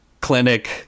clinic